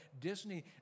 Disney